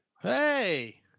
Hey